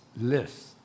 list